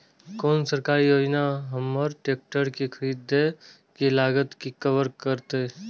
कोन सरकारी योजना हमर ट्रेकटर के खरीदय के लागत के कवर करतय?